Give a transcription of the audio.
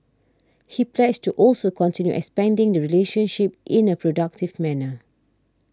he pledged to also continue expanding the relationship in a productive manner